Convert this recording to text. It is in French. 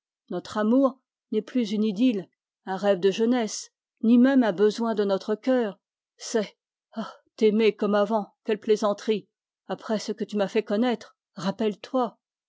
notre amour n'est plus un rêve de jeunesse ni même un besoin de notre cœur c'est ah t'aimer comme avant après ce que tu m'as fait connaître